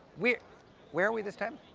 we're where are we this time?